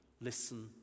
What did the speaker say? listen